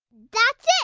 that's it.